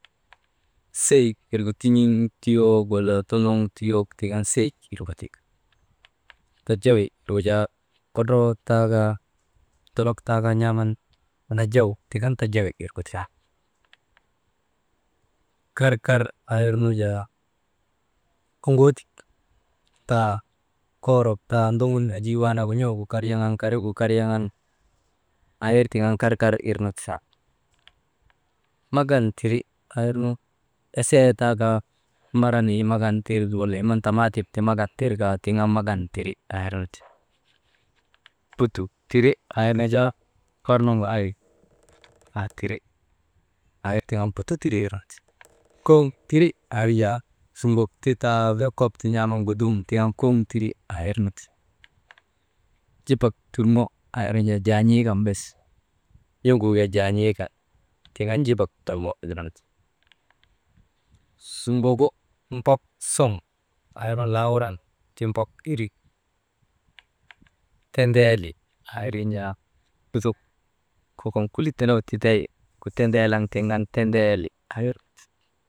Seyik irgu tin̰iŋ tuyok wala tunuŋ tuyok tik an seyik wirgu ti, tajawi, irgu jaa kodroo taa kaa, dolok taa kaa n̰aaman najaw tik an tajawi wirgu ti, karkar aa irnu jaa oŋoodik taa, koorok taa ndoŋun enjii waanaka n̰uugu kar yaŋan, karigu kar yaŋan aa ir tiŋ an karkar irnu ti, magan tiri aa irnu esee taakaa mbara neyi magan tir wala tamaatim ti magan tirka tiŋ an magan tiri aa irnu ti, butu tiri aa irnu jaa, barnuŋgu ari aa tiri, aa ir tiŋ an butu tiri aa irnu ti, koŋ tiri aa irnu jaa sugok ti taa bee kop ti n̰aaman gudum tiŋ an koŋ tiri aa irnu ti, njibak tuŋo aa irnu jaa jaan̰ii kan bes n̰oguu yak jaan̰ii kan tiŋ an njibak turŋo irnu ti, suŋogu mbok suŋ aa irnu laa wuran ti mbok iri, tendeeli aa irin jaa lutok kokon kulik tenegu tiday gu ti tindeeleŋ tiŋ an tedeeli aa irnu ti.